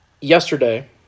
yesterday